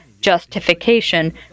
justification